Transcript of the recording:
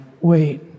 wait